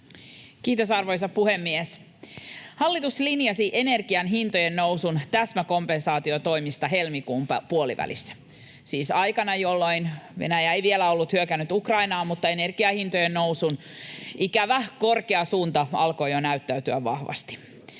Kiitos, arvoisa puhemies! Hallitus linjasi energian hintojen nousun täsmäkompensaatiotoimista helmikuun puolivälissä, siis aikana, jolloin Venäjä ei vielä ollut hyökännyt Ukrainaan, mutta energian hintojen nousun ikävä, korkea suunta alkoi jo näyttäytyä vahvasti.